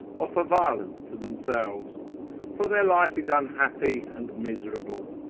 offer violence to themselves for their life is unhappy and miserable.